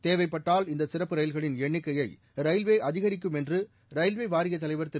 தேவைப்பட்டால் இந்த சிறப்பு ரயில்களின் எண்ணிக்கையை ரயில்வே அதிகரிக்கும் என்று ரயில்வே வாரியத் தலைவர் திரு